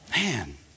Man